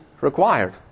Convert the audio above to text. required